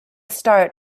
start